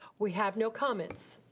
we have no comments.